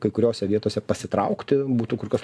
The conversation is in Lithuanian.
kai kuriose vietose pasitraukti būtų kur kas